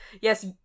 Yes